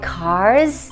cars